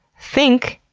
think,